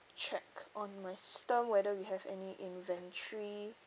check on my system whether we have any inventory